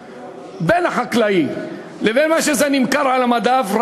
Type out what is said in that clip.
בין המחיר שהחקלאי מקבל לבין מחיר המוצר על המדף,